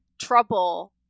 trouble